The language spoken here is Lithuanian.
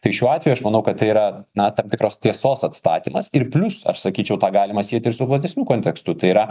tai šiuo atveju aš manau kad tai yra na tam tikros tiesos atstatymas ir plius aš sakyčiau tą galima sieti ir su platesniu kontekstu tai yra